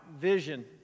vision